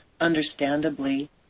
understandably